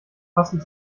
passend